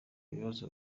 ibibazo